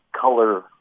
color